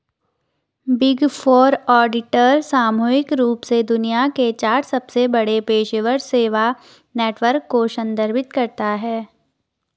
big four auditor सामूहिक रूप से दुनिया के चार सबसे बड़े पेशेवर सेवा नेटवर्क को संदर्भित करता है